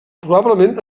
probablement